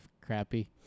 crappy